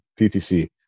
TTC